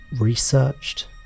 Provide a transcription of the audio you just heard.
researched